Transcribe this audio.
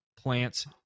plants